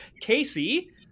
Casey